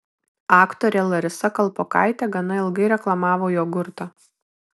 aktorė larisa kalpokaitė gana ilgai reklamavo jogurtą